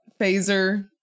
phaser